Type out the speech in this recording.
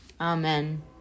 Amen